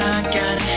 again